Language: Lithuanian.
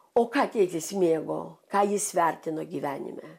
o ką tėtis mėgo ką jis vertino gyvenime